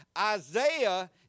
Isaiah